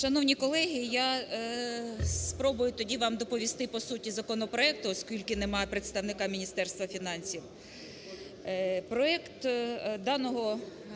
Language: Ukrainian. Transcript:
Шановні колеги, я спробую тоді вам доповісти по суті законопроекту, оскільки немає представника Міністерства фінансів. Проект даного…